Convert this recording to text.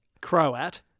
Croat